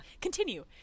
Continue